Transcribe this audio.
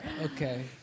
Okay